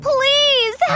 Please